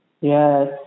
Yes